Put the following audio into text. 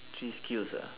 three skills ah